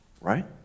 Right